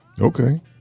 Okay